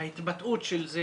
ההתבטאות של זה